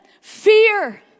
fear